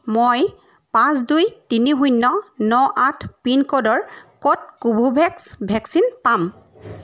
মই পাঁচ দুই তিনি শূন্য ন আঠ পিনক'ডৰ ক'ত কোবীভেক্স ভেকচিন পাম